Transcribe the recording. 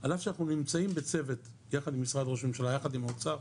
על אף שאנחנו נמצאים בצוות יחד עם משרד ראש הממשלה ויחד עם האוצר,